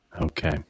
Okay